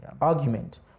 argument